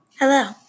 Hello